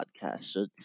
podcast